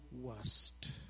worst